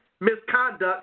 misconduct